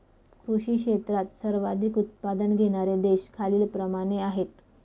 कृषी क्षेत्रात सर्वाधिक उत्पादन घेणारे देश खालीलप्रमाणे आहेत